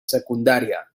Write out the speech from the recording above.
secundària